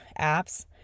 apps